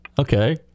Okay